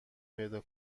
پیدا